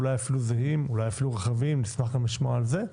אולי אפילו זהים ורחבים נשמח לשמוע על זה,